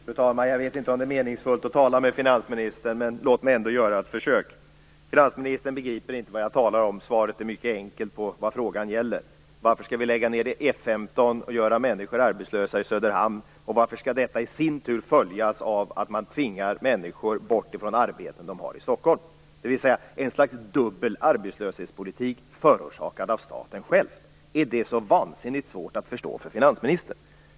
Fru talman! Jag vet inte om det är meningsfullt att tala med finansministern, men låt mig ändå göra ett försök. Finansministern begriper inte vad jag talar om. Svaret på vad frågan gäller är mycket enkelt: Varför skall vi lägga ned F 15 och göra människor arbetslösa i Söderhamn, och varför skall detta i sin tur följas av att man tvingar människor bort från de arbeten de har i Stockholm? Det är en slags dubbel arbetslöshetspolitik, förorsakad av staten själv. Är det så vansinnigt svårt att förstå för finansministern?